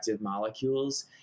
molecules